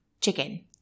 Chicken